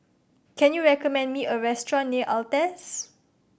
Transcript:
can you recommend me a restaurant near Altez